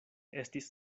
estis